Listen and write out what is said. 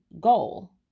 goal